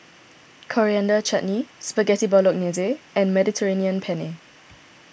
Coriander Chutney Spaghetti Bolognese and Mediterranean Penne